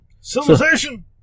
Civilization